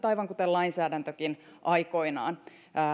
aivan kuten lainsäädäntökin aikoinaan